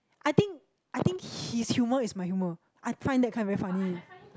I think I think his humor is my humor I find that kind very funny